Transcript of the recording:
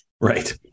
Right